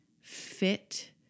fit